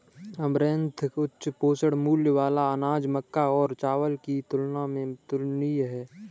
amaranth उच्च पोषण मूल्य वाला अनाज मक्का और चावल की तुलना में तुलनीय है